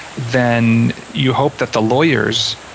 then you hope that the lawyers,